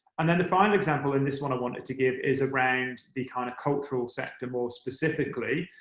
and then the final example in this one i wanted to give is around the kind of cultural sector more specifically.